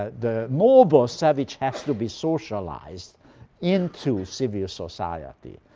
ah the noble savage has to be socialized into civil society.